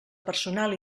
personal